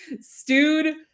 stewed